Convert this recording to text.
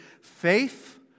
faith